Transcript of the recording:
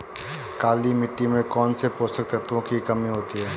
काली मिट्टी में कौनसे पोषक तत्वों की कमी होती है?